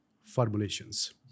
Formulations